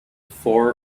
four